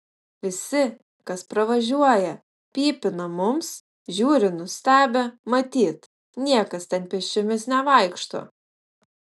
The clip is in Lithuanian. visi kas pravažiuoja pypina mums žiūri nustebę matyt niekas ten pėsčiomis nevaikšto